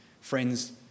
friends